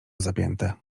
zapięte